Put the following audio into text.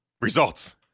results